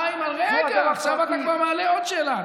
איימן, איימן, רגע, עכשיו אתה כבר מעלה עוד שאלה.